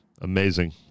Amazing